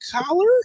collar